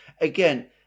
Again